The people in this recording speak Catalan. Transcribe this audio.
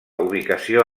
ubicació